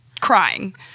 crying